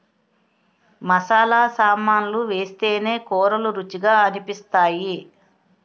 మసాలా సామాన్లు వేస్తేనే కూరలు రుచిగా అనిపిస్తాయి